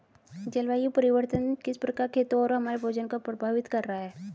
जलवायु परिवर्तन किस प्रकार खेतों और हमारे भोजन को प्रभावित कर रहा है?